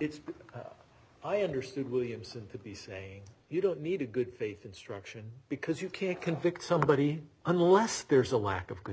it's i understood williamson to be saying you don't need a good faith instruction because you can't convict somebody unless there's a lack of good